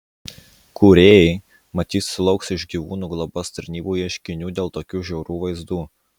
kūrėjai matyt sulauks iš gyvūnų globos tarnybų ieškinių dėl tokių žiaurių vaizdų